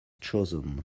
chosen